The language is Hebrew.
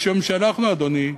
משום שאנחנו, אדוני,